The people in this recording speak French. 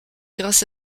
grâce